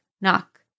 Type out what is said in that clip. knock